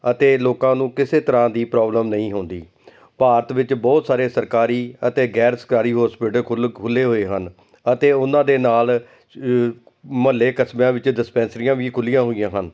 ਅਤੇ ਲੋਕਾਂ ਨੂੰ ਕਿਸੇ ਤਰ੍ਹਾਂ ਦੀ ਪ੍ਰੋਬਲਮ ਨਹੀਂ ਆਉਂਦੀ ਭਾਰਤ ਵਿੱਚ ਬਹੁਤ ਸਾਰੇ ਸਰਕਾਰੀ ਅਤੇ ਗੈਰ ਸਰਕਾਰੀ ਹੋਸਪੀਟਲ ਖੁੱਲ ਖੁੱਲ੍ਹੇ ਹੋਏ ਹਨ ਅਤੇ ਉਨ੍ਹਾਂ ਦੇ ਨਾਲ ਮੁਹੱਲੇ ਕਸਬਿਆਂ ਵਿੱਚ ਡਿਸਪੈਂਸਰੀਆਂ ਵੀ ਖੁੱਲ੍ਹੀਆਂ ਹੋਈਆਂ ਸਨ